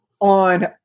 on